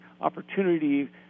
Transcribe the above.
opportunity